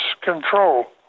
control